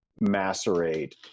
macerate